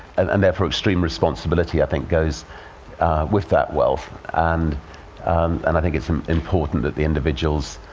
and and therefore extreme responsibility, i think, goes with that wealth. and and i think it's um important that the individuals,